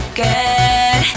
good